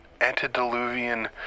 antediluvian